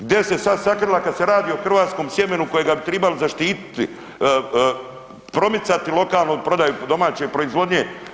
Gdje se sad sakrila kad se radi o hrvatskom sjemenu kojega bi tribali zaštititi, promicati lokalnu prodaju domaće proizvodnje?